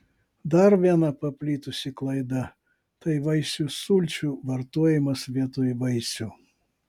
dar viena paplitusi klaida tai vaisių sulčių vartojimas vietoj vaisių